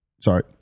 Sorry